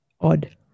odd